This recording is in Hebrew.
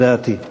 לדעתי.